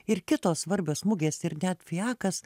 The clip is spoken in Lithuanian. ir kitos svarbios mugės ir net fiakas